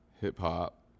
hip-hop